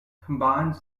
combines